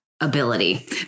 ability